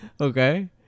Okay